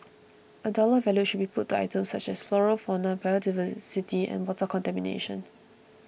a dollar value should be put to items such as flora fauna biodiversity and water contamination